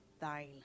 thine